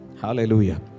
Hallelujah